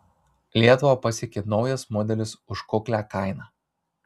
lietuvą pasiekė naujas modelis už kuklią kainą